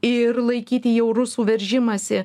ir laikyti jau rusų veržimąsi